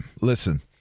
listen